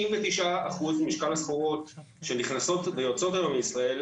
99% ממשקל הסחורות שנכנסות ויוצאות היום מישראל,